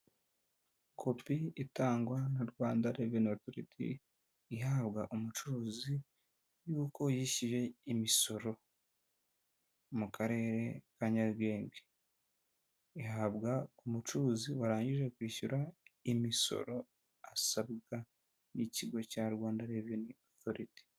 Kopi itangwa na rwanda revenyu osorite ihabwa umucuruzi yuko yishyuye imisoro mu karere ka nyarugenge, ihabwa umucuruzi warangije kwishyura imisoro asabwa n'ikigo cya rwanda revenyu osorite.